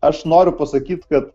aš noriu pasakyt kad